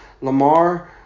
Lamar